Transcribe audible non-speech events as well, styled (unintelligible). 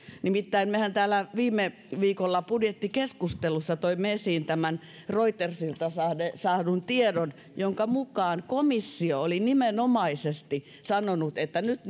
nimittäin mehän täällä viime viikolla budjettikeskustelussa toimme esiin tämän reutersilta saadun tiedon jonka mukaan komissio oli nimenomaisesti sanonut että nyt (unintelligible)